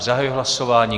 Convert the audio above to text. Zahajuji hlasování.